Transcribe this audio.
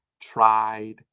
tried